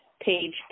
Page